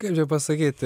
kaip čia pasakyti